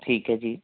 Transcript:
ਠੀਕ ਹੈ ਜੀ